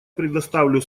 предоставлю